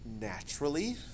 naturally